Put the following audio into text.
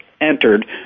entered